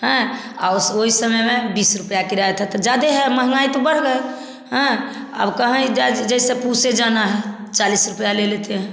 हैं और उस वही समय में बीस रुपया किराया था त ज़्यादा है महँगाई तो बढ़ गए हाँ अब कहीं जैसे पूसे जाना है चालीस रुपया लेते हैं